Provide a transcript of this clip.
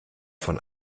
von